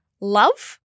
love